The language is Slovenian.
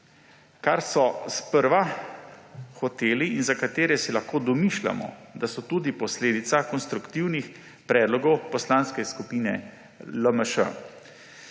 kar so sprva hoteli in za katere si lahko domišljamo, da so tudi posledica konstruktivnih predlogov Poslanske skupine LMŠ.